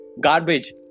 garbage